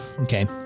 Okay